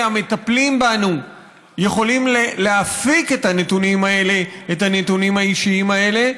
המטפלים בנו יכולים להפיק את הנתונים האישיים האלה,